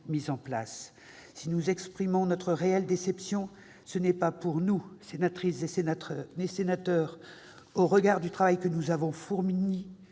mises en place. Si nous exprimons notre réelle déception, ce n'est pas pour nous sénateurs ou sénatrices, au regard du travail que nous avons fourni.